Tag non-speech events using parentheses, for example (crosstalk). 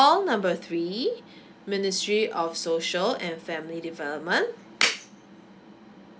call number three ministry of social and family development (noise)